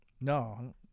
No